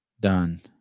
Done